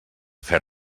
fer